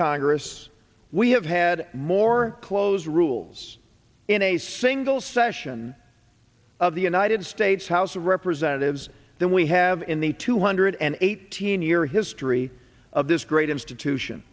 congress we have had more close rules in a single session of the united states house of representatives than we have in the two hundred and eighteen year history of this great institution